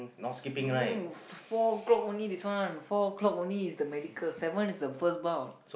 slow four o'clock only this one four o'clock only the medical seven is the first bout